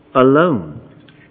alone